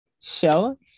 show